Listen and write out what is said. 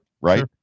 right